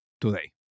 today